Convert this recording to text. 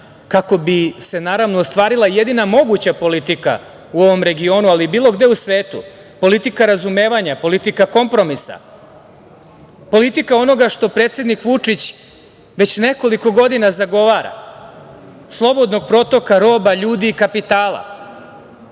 kako bi se naravno ostvarila jedina moguća politika u ovom regionu, ali bilo gde i u svetu. Politika razumevanja, politika kompromisa, politika onoga što predsednik Vučić već nekoliko godina zagovara, slobodnog protoka roba, ljudi i kapitala.